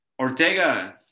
Ortega